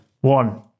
One